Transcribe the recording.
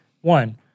one